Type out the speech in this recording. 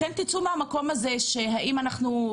לכן, תצאו מהמקום הזה של אשמה.